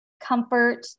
comfort